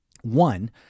One